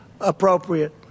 appropriate